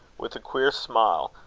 with a queer smile,